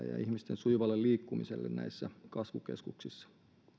ja ihmisten sujuvalle liikkumiselle näissä kasvukeskuksissa